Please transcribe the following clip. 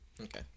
Okay